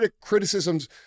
criticisms